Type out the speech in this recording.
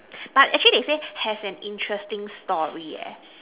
but actually they say has an interesting story eh